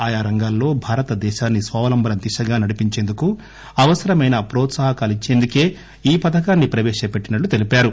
ఆయా రంగాల్లో భారతదేశాన్ని స్వావలంబన దిశగా నడిపేందుకు అవసరమైన న్రోత్సాహకాలిచ్చేందుకే ఈ పథకాన్ని ప్రవేశపెట్టినట్టు తెలిపారు